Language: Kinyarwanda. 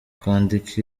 kwandika